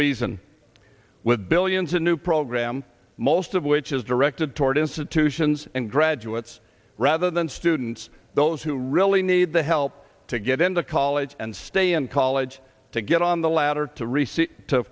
reason with billions a new program most of which is directed toward institutions and graduates rather than students those who really need the help to get into college and stay in college to get on the ladder to